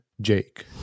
jake